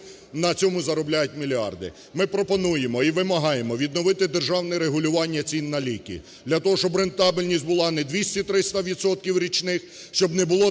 на цьому заробляють мільярди. Ми пропонуємо і вимагаємо відновити державне регулювання цін на ліки для того, щоби рентабельність була не 200-300 відсотків річних, щоб не було